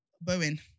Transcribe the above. Bowen